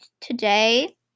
today